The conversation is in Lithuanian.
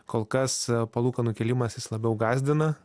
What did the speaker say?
kol kas palūkanų kėlimas jis labiau gąsdina